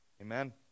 Amen